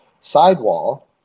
sidewall